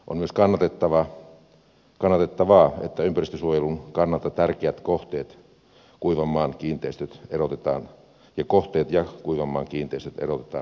on myös kannatettavaa että ympäristönsuojelun kannalta tärkeät kohteet ja kuivanmaan kiinteistöt erotetaan toisistaan